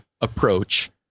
approach